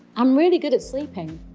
i'm really good at sleeping,